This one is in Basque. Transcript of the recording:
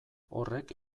horrek